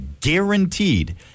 guaranteed